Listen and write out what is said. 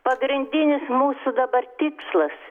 pagrindinis mūsų dabar tikslas